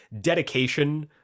dedication